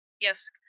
Yes